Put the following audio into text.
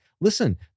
listen